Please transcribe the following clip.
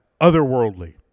otherworldly